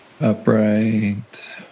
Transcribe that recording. Upright